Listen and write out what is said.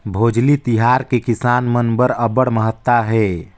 भोजली तिहार के किसान मन बर अब्बड़ महत्ता हे